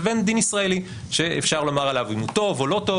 לבין דין ישראלי שאפשר לומר עליו אם הוא טוב או לא טוב,